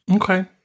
Okay